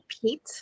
pete